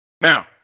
Now